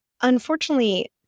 unfortunately